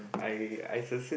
I I